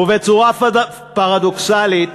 ובצורה פרדוקסלית,